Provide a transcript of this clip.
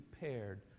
prepared